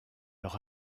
leur